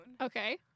Okay